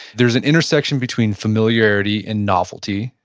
there's an intersection between familiarity and novelty,